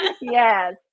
yes